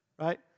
right